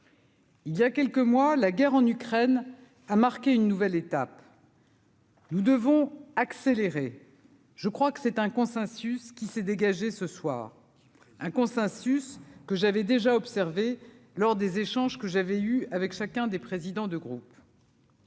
Il y a quelques mois, la guerre en Ukraine, a marqué une nouvelle étape. Nous devons accélérer, je crois que c'est un consensus qui s'est dégagé ce soir un consensus que j'avais déjà observé lors des échanges que j'avais eu avec chacun des présidents de groupe.